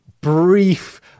brief